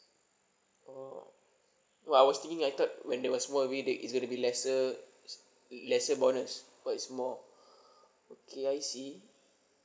oh oh I was thinking I thought when there was more baby it's going to be lesser lesser bonus but it's more okay I see